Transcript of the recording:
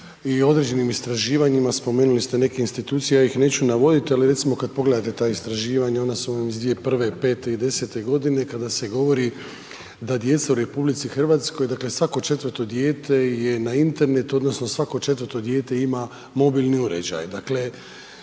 i određenim istraživanjima, spomenuli ste neke institucije, ja ih neću navodit, ali recimo kad pogledate ta istraživanja, ona su vam iz 2001., 2005. i 2010.g. kada se govori da djeca u RH, dakle, svako četvrto dijete je na internetu odnosno svako četvrto dijete ima mobilni uređaj, dakle,